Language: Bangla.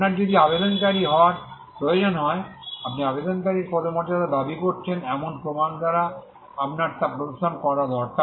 আপনার যদি আবেদনকারী হওয়ার প্রয়োজন হয় আপনি আবেদনকারীর পদমর্যাদার দাবি করছেন এমন প্রমাণ দ্বারা আপনার তা প্রদর্শন করা দরকার